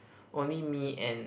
only me and